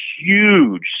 huge